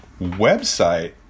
website